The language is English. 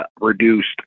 reduced